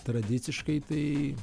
tradiciškai tai